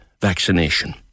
vaccination